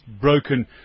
broken